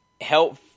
help